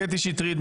קטי שטרית,